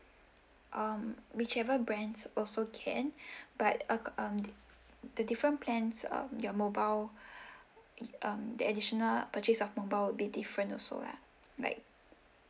um whichever brands also can but um the different plans of your mobile um the additional purchase of mobile will be different also lah like